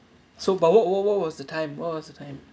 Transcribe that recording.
so but what what what was the time what was the time